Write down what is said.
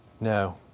No